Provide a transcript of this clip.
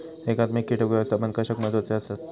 एकात्मिक कीटक व्यवस्थापन कशाक महत्वाचे आसत?